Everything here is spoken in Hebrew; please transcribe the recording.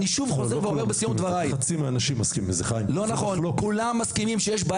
לא, לא כולם מסכימים עם זה.